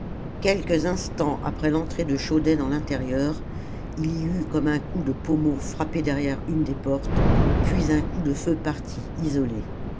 quelques instants après l'entrée de chaudey dans l'intérieur il y eut comme un coup de pommeau frappé derrière une des portes puis un coup de feu partit isolé